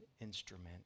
instrument